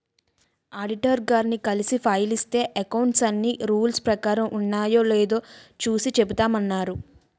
auditor గారిని కలిసి file ఇస్తే అకౌంట్స్ అన్నీ రూల్స్ ప్రకారం ఉన్నాయో లేదో చూసి చెబుతామన్నారు